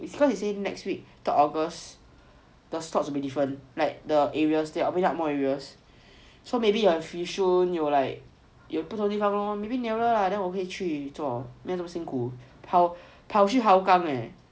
because is it next week third august the slots will be different like the areas there are more areas so maybe will have yishun 有不同地方 lor maybe nearer lah then 我可以去做没有那么辛苦跑去 hougang leh